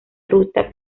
ruta